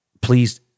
please